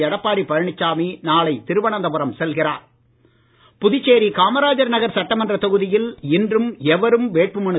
எடப்பாடி பழனிசாமி நாளை திருவனந்தபுரம் செல்கிறார் புதுச்சேரி காமராஜர் நகர் சட்டமன்ற தொகுதியில் இன்றும் எவரும் வேட்புமனு